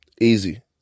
Easy